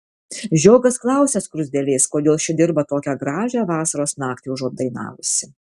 žiogas klausia skruzdėlės kodėl ši dirba tokią gražią vasaros naktį užuot dainavusi